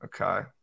Okay